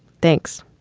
thanks.